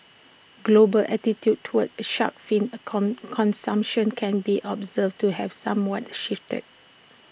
global attitudes towards shark fin consumption can be observed to have somewhat shifted